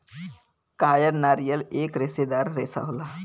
कायर नारियल एक रेसेदार रेसा होला